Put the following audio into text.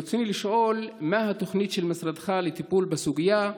רצוני לשאול: 1. מה התוכנית של משרדך לטיפול בסוגיה?